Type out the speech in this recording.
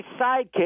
sidekick